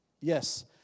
Yes